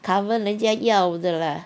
cover 人家要的啦